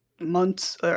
months